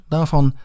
Daarvan